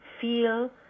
feel